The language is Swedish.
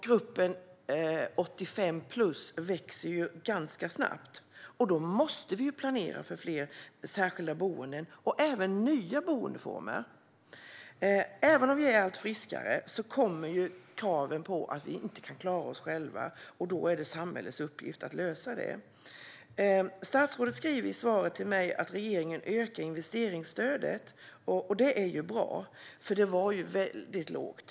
Gruppen som är 85 eller äldre växer ganska snabbt, så vi måste planera för fler särskilda boenden och även för nya boendeformer. Även om vi blir allt friskare kommer en dag då vi inte kan klara oss själva, och då är det samhällets uppgift att lösa detta. Statsrådet sa i svaret på min interpellation att regeringen ökar investeringsstödet. Det är bra, för detta stöd var väldigt lågt.